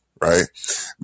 right